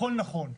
הכול נכון.